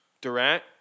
Durant